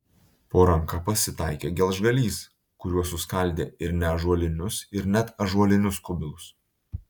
po ranka pasitaikė gelžgalys kuriuo suskaldė ir neąžuolinius ir net ąžuolinius kubilus